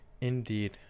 Indeed